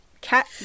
cat